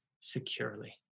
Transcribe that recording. securely